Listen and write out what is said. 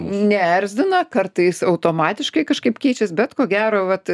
neerzina kartais automatiškai kažkaip keičiasi bet ko gero vat